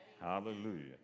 Hallelujah